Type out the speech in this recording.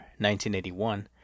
1981